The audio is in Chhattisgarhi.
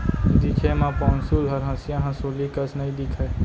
दिखे म पौंसुल हर हँसिया हँसुली कस नइ दिखय